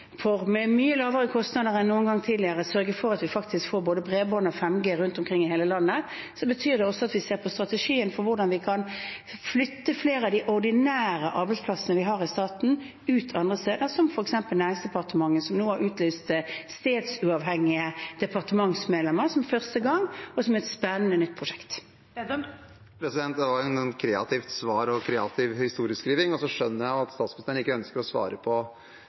for med mye lavere kostnader enn noen gang tidligere å sørge for at vi faktisk får både bredbånd og 5G rundt omkring i hele landet, betyr det også at vi ser på strategien for hvordan vi kan flytte flere av de ordinære arbeidsplassene vi har i staten, ut til andre steder, som f.eks. Næringsdepartementet, som nå har stedsuavhengige departementsmedlemmer for første gang, noe som er et spennende nytt prosjekt. Det var et kreativt svar og en kreativ historieskriving. Så skjønner jeg at statsministeren ikke ønsker å svare på